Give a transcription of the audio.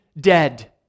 dead